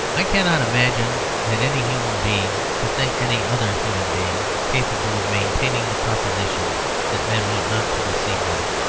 i cannot imagine that any human being could think any other human being capable of maintaining the proposition that men ought not to receive money.